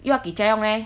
又要给家用 leh